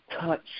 touch